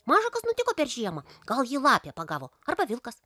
maža kas nutiko per žiemą gal jį lapė pagavo arba vilkas